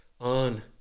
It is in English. on